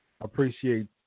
appreciate